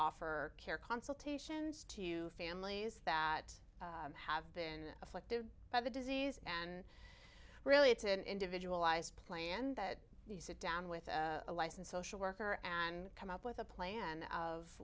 offer care consultations to families that have been afflicted by the disease and really it's an individualized plan that you sit down with a license social worker and come up with a plan of